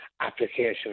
application